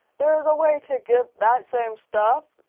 there's a way to get that same stuff,